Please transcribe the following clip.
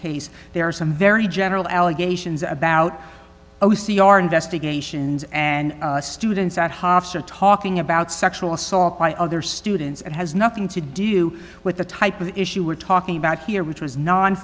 case there are some very general allegations about o c r investigations and students at hofstra talking about sexual assault by other students and has nothing to do with the type of issue we're talking about here which was non